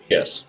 Yes